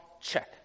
check